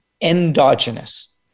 endogenous